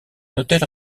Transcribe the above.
hôtel